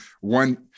one